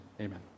Amen